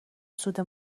سود